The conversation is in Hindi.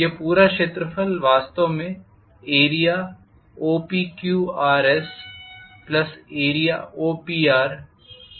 यह पूरा क्षेत्रफल वास्तव में area OPQRS area OPR area OQS है